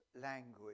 language